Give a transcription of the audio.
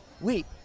wait